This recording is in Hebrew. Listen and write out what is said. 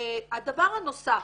דבר נוסף,